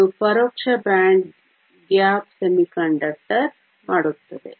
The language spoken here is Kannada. ಇದು ಪರೋಕ್ಷ ಬ್ಯಾಂಡ್ ಗ್ಯಾಪ್ ಅರೆವಾಹಕ ಮಾಡುತ್ತದೆ